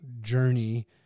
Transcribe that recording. journey